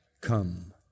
come